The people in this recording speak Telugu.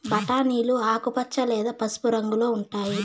బఠానీలు ఆకుపచ్చ లేదా పసుపు రంగులో ఉంటాయి